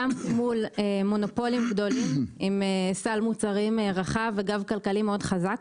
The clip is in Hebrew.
גם מול מונופולים גדולים עם סל מוצרים רחב וגב כלכלי מאוד חזק,